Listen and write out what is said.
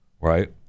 right